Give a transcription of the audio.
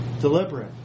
deliberate